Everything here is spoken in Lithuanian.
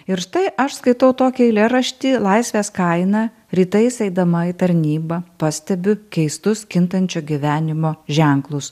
ir štai aš skaitau tokį eilėraštį laisvės kaina rytais eidama į tarnybą pastebiu keistus kintančio gyvenimo ženklus